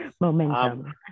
Momentum